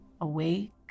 awake